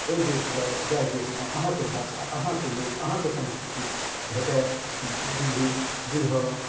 ओहि देश जाउ जाहि देशमे अहाँके भाषा अहाँके लोक अहाँके सँस्कृति भेटए बुझि बुझिए